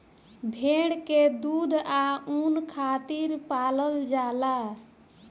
भेड़ के दूध आ ऊन खातिर पलाल जाला